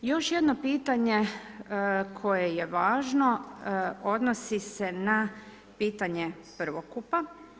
Još jedno pitanje koje je važno, odnosi se na pitanje prvokupa.